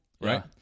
right